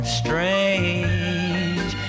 strange